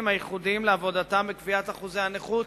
הייחודיים לעבודתם בקביעת אחוזי הנכות.